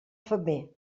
femer